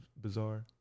bizarre